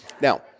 Now